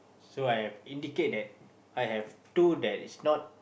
so I have indicate that I have two that is not